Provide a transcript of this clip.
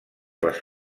les